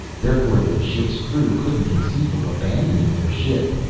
therefore the ship's crew couldn't conceive of abandoning their ship.